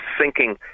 sinking